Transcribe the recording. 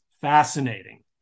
fascinating